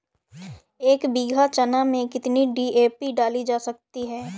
एक बीघा चना में कितनी डी.ए.पी डाली जा सकती है?